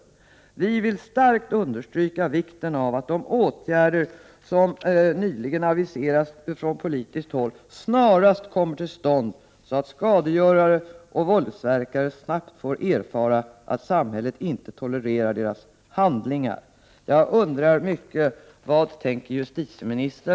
Vi vill emellertid starkt understryka vikten av att de åtgärder som nyligen aviserats från politiskt håll snarast kommer till stånd så att skadegörare och våldsverkare snabbt får erfara att samhället inte tolererar deras handlingar.”